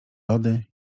lody